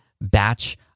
batch